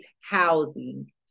housing